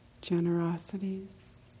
generosities